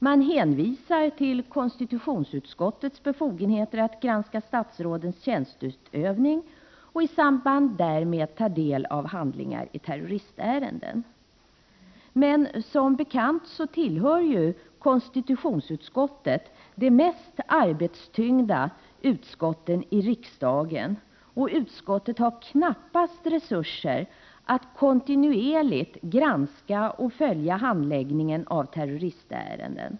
Man hänvisar till konstitutionsutskottets befogenhet att granska statsrådens tjänsteutövning och i samband därmed ta del av handlingar i terroristärenden. Men som bekant tillhör konstitutionsutskottet de mest arbetstyngda utskotten i riksdagen. Utskottet har knappast resurser att kontinuerligt granska och följa handläggningen av terroristärenden.